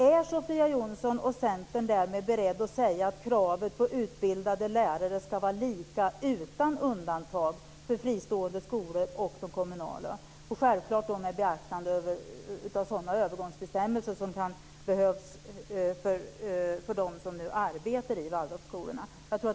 Är Sofia Jonsson och Centern därmed beredda att säga att kravet på utbildade lärare ska vara lika, utan undantag, för fristående skolor och de kommunala, med beaktande av sådana övergångsbestämmelser som kan behövas för dem som nu arbetar i Waldorfskolor?